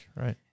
right